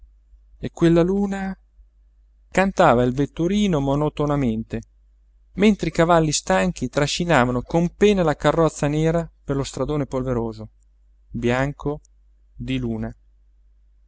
e quella luna cantava il vetturino monotonamente mentre i cavalli stanchi trascinavano con pena la carrozza nera per lo stradone polveroso bianco di luna